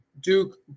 Duke